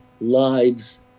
lives